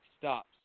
stops